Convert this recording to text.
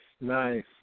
nice